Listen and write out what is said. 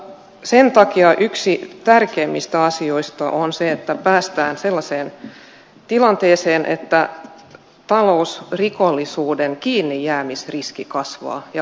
sen takia yksi tärkeimmistä asioista on se että päästään sellaiseen tilanteeseen että talousrikollisuuden kiinnijäämisriski kasvaa olennaisesti